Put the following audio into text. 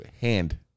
hand